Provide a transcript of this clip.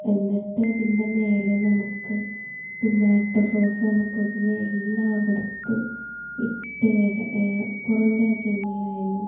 എന്നിട്ട് അതിൻ്റെ മേലെ നമുക്ക് ടുമാറ്റോ സോസാണ് പൊതുവെ എല്ലായിടത്തും ഇട്ട് പുറം രാജ്യങ്ങളിലായാലും